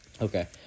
Okay